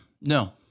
no